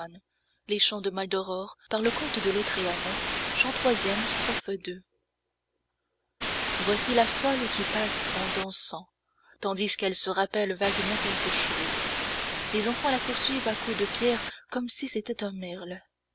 voici la folle qui passe en dansant tandis qu'elle se rappelle vaguement quelque chose les enfants la poursuivent à coups de pierre comme si c'était un merle